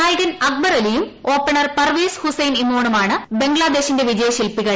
നായകൻ അക്ബർ അലിയും ഓപ്പണർ പർവേസ് ഹുസൈൻ ഇമോണുമാണ് ബംഗ്ലാദേശിന്റെ വിജയശില്പികൾ